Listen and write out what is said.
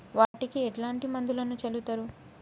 వాటికి ఎట్లాంటి మందులను చల్లుతరు?